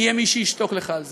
יהיה מי שישתוק לך על זה.